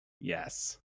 Yes